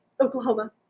Oklahoma